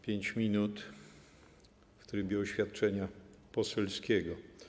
5 minut w trybie oświadczenia poselskiego.